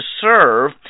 serve